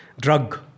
drug